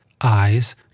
eyes